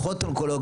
פחות אונקולוג,